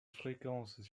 fréquences